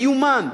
מיומן,